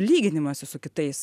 lyginimasis su kitais